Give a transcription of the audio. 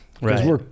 Right